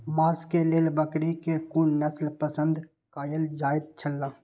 मांस के लेल बकरी के कुन नस्ल पसंद कायल जायत छला?